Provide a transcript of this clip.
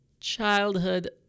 childhood